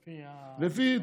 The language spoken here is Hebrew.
לפי,